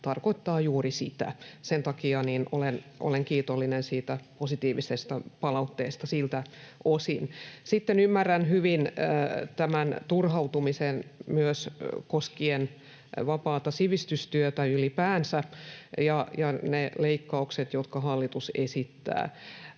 tarkoittaa juuri sitä. Sen takia olen kiitollinen positiivisesta palautteesta siltä osin. Sitten ymmärrän myös hyvin tämän turhautumisen koskien vapaata sivistystyötä ylipäänsä ja niitä leikkauksia, joita hallitus esittää.